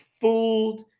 fooled